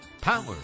Power